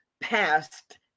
past